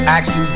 Action